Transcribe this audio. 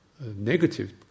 negative